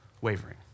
wavering